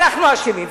אנחנו אשמים.